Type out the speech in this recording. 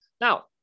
Now